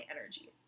energy